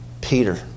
Peter